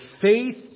faith